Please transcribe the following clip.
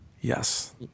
Yes